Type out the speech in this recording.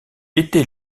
était